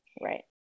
Right